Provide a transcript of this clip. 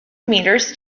meters